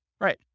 Right